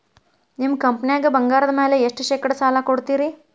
ನಿಮ್ಮ ಕಂಪನ್ಯಾಗ ಬಂಗಾರದ ಮ್ಯಾಲೆ ಎಷ್ಟ ಶೇಕಡಾ ಸಾಲ ಕೊಡ್ತಿರಿ?